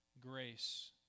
grace